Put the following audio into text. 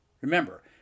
Remember